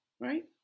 right